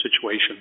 situation